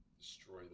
destroy